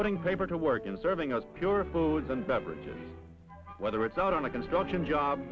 putting paper to work in serving us pure foods and beverages whether it's on a construction job